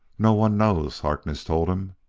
no one knows, harkness told him.